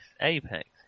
Apex